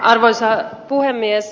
arvoisa puhemies